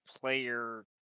player